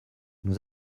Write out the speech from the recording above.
nous